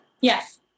Yes